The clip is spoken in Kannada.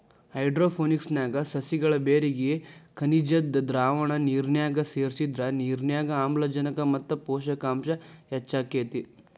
ಹೈಡ್ರೋಪೋನಿಕ್ಸ್ ನ್ಯಾಗ ಸಸಿಗಳ ಬೇರಿಗೆ ಖನಿಜದ್ದ ದ್ರಾವಣ ನಿರ್ನ್ಯಾಗ ಸೇರ್ಸಿದ್ರ ನಿರ್ನ್ಯಾಗ ಆಮ್ಲಜನಕ ಮತ್ತ ಪೋಷಕಾಂಶ ಹೆಚ್ಚಾಕೇತಿ